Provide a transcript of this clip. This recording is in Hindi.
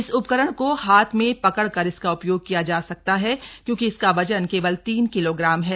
इस उपकरण को हाथ में पकड़कर इसका उपयोग किया जा सकता है क्योंकि इसका वजन केवल तीन किलोग्राम है